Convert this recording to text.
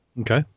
Okay